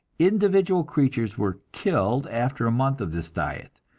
individual creatures were killed after a month of this diet,